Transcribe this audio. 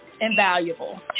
invaluable